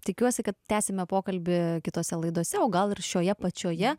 tikiuosi kad tęsiame pokalbį kitose laidose o gal ir šioje pačioje